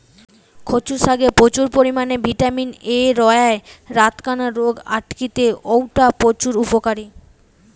কচু শাকে প্রচুর পরিমাণে ভিটামিন এ রয়ায় রাতকানা রোগ আটকিতে অউটা প্রচুর উপকারী